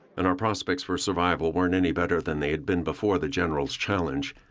and our prospects for survival weren't any better than they had been before the general's challenge.